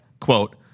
quote